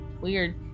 Weird